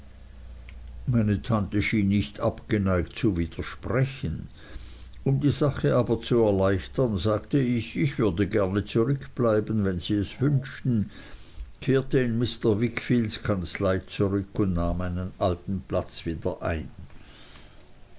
meine tante schien nicht abgeneigt zu widersprechen um die sache aber zu erleichtern sagte ich ich würde gerne zurückbleiben wenn sie es wünschten kehrte in mr wickfields kanzlei zurück und nahm meinen alten platz wieder ein